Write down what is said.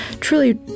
truly